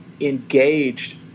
engaged